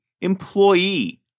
employee